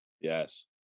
Yes